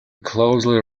closely